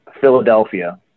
Philadelphia